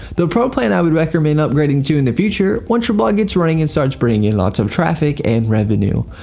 the pro plan i would recommend upgrading too in the future once your blog gets running and starts bringing in lots of traffic and revenue.